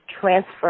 transfer